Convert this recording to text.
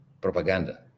propaganda